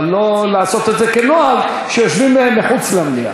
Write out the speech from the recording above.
אבל לא לעשות את זה כנוהג שיושבים מחוץ למליאה.